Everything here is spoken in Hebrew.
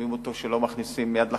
מלמדים אותו שלא מכניסים יד לחשמל,